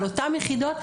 על אותם יחידות.